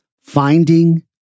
Finding